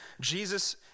Jesus